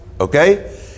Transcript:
okay